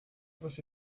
você